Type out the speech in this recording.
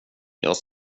jag